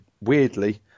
weirdly